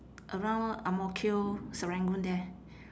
around ang mo kio serangoon there